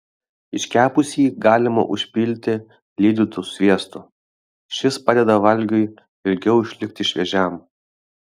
iškepusį galima užpilti lydytu sviestu šis padeda valgiui ilgiau išlikti šviežiam